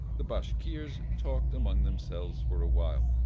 the bashkirs talked among themselves for a while.